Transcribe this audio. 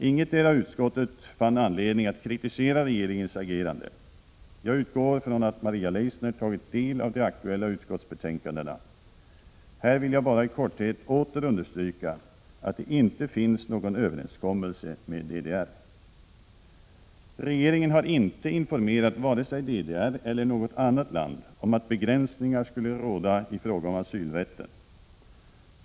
Ingetdera utskottet fann anledning att kritisera regeringens agerande. Jag utgår från att Maria Leissner tagit del av de aktuella utskottsbetänkandena. Här vill jag bara i korthet åter understryka att det inte finns någon överenskommelse med DDR. Regeringen har inte informerat vare sig DDR eller något annat land om att begränsningar skulle råda i fråga om asylrätten.